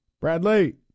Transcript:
Bradley